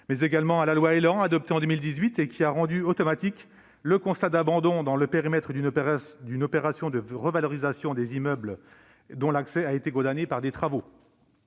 de 2014 et à la loi ÉLAN, adoptée en 2018, qui a rendu automatique le constat d'abandon, dans le périmètre d'une opération de revitalisation, des parties d'immeubles dont l'accès a été condamné par des travaux.